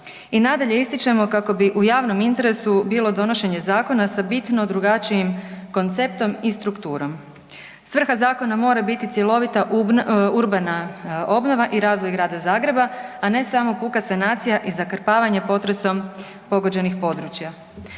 I nadalje ističemo kako bi u javnom interesu bilo donošenje zakona sa bitno drugačijim konceptom i strukturom. Svrha zakona mora biti cjelovita urbana obnova i razvoj Grada Zagreba, a ne samo puka sanacija i zakrpavanje potresom pogođenih područja.